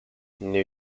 new